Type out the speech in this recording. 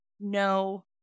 no